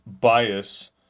bias